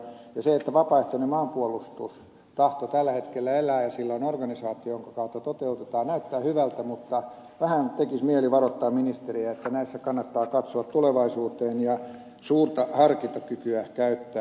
se että vapaaehtoinen maanpuolustustahto tällä hetkellä elää ja sillä on organisaatio jonka kautta toteutetaan näyttää hyvältä mutta vähän tekisi mieli varoittaa ministeriä että näissä kannattaa katsoa tulevaisuuteen ja suurta harkintakykyä käyttää